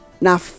Now